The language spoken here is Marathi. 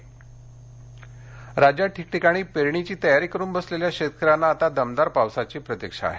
पीक पाणी राज्यात ठिकठिकाणी पेरणी तयारी करुन बसलेल्या शेतकऱ्यांना आता दमदार पावसाची प्रतीक्षा आहे